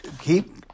keep